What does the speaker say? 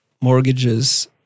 mortgages